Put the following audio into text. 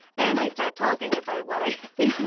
then i start talking about what i think.